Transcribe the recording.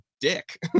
dick